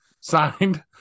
Signed